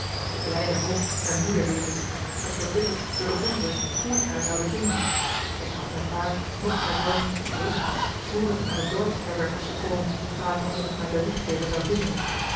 de blijde hoop mijne moeder weêr te zien werd verbitterd door de onrust hoe ik haar zoude vinden ik gaf mijn paard noch mij zelven rust vr ik aan de dorpsherberg was gekomen waar ik haar volgens mijn berichtgever zou vinden